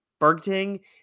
Bergting